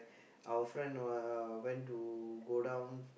our friend uh uh went to go down